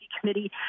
Committee